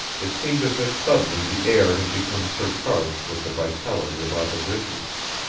it seemed as if suddenly the air had become surcharged with the vitality of opposition.